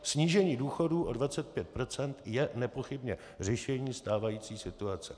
Snížení důchodů o 25 % je nepochybně řešení stávající situace.